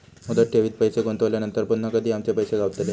मुदत ठेवीत पैसे गुंतवल्यानंतर पुन्हा कधी आमचे पैसे गावतले?